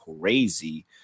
crazy